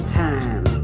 time